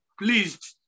pleased